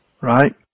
right